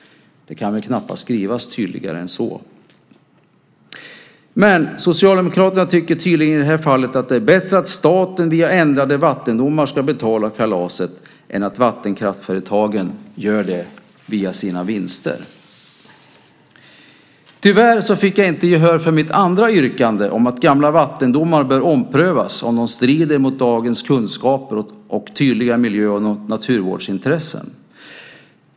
Det kan väl knappast skrivas tydligare än så. Men Socialdemokraterna tycker tydligen i det här fallet att det är bättre att staten via ändrade vattendomar ska betala kalaset än att vattenkraftföretagen gör det via sina vinster. Tyvärr fick jag inte gehör för mitt andra yrkande om att gamla vattendomar bör omprövas om de strider mot dagens kunskaper och tydliga miljö och naturvårdsintressen.